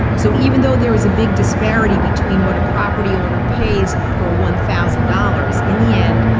so even though there's a big disparity between what a property owner pays per one thousand dollars, in the end,